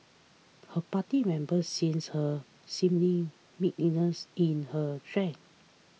her party members since her seeming meekness in her strength